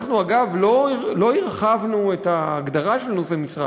אנחנו, אגב, לא הרחבנו את ההגדרה של נושא משרה.